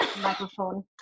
Microphone